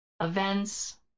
events